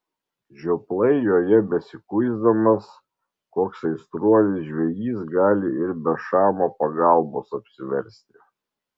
žioplai joje besikuisdamas koks aistruolis žvejys gali ir be šamo pagalbos apsiversti